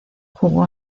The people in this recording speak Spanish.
jugó